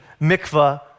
mikvah